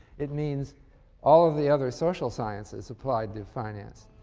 it means all of the other social sciences applied to finance.